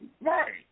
Right